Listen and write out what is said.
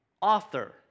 Author